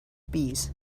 bees